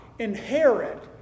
Inherit